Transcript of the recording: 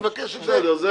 אני מבקש את זה בפרוטוקול,